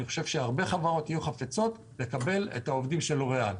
אני חושב שהרבה חברות יהיו חפצות לקבל את העובדים של לוריאל.